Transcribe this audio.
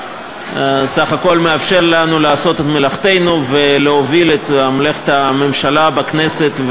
סך הכול מאפשר לנו לעשות את מלאכתנו ולהוביל את מלאכת הממשלה בכנסת,